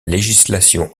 législation